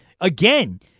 again